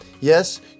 Yes